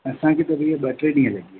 असांखे त भैया ॿ टे ॾींहं लॻी वेंदा